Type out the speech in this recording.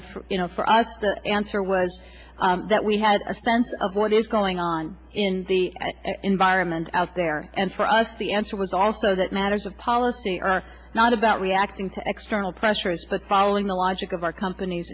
that you know for our answer was that we had a sense of what is going on in the environment out there and for us the answer was also that matters of policy are not about reacting to external pressures but following the logic of our compan